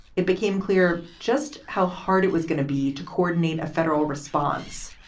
it became clear just how hard it was gonna be to coordinate a federal response.